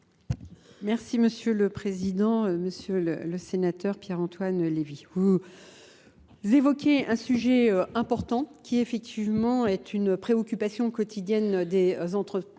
Merci Monsieur le Président, Monsieur le Sénateur, Pierre-Antoine Lévy. Vous évoquez un sujet important qui effectivement est une préoccupation quotidienne des entreprises,